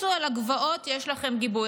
רוצו אל הגבעות, יש לכם גיבוי.